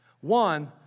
One